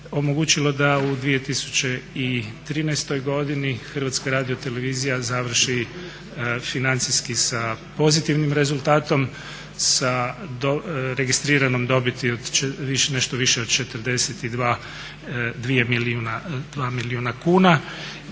da u 2013. godini Hrvatska radiotelevizija završi financijski sa pozitivnim rezultatom, sa registriranom dobiti od nešto više od 42 milijuna kuna